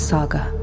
Saga